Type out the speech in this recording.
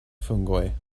fungoj